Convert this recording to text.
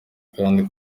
kandi